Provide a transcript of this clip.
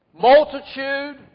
multitude